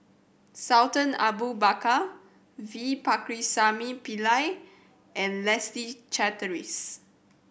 Sultan Abu Bakar V Pakirisamy Pillai and Leslie Charteris